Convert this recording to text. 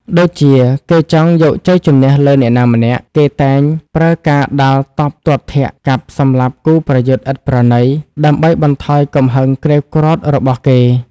ដូចជា គេចង់យកជ័យជម្នះលើអ្នកណាម្នាក់ គេតែប្រើការដាល់តប់ទាត់ធាក់ កាប់សម្លាប់គូប្រយុទ្ធឥតប្រណី ដើម្បីបន្ថយកំហឹងក្រេវក្រោធរបស់គេ ។